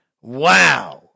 wow